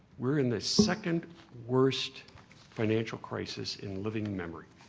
we're in the second worst financial crisis in living memory.